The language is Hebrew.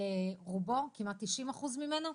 רובו, כמעט 90% ממנו.